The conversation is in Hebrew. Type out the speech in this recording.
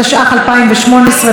התשע"ח 2018,